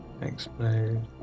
explode